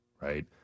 right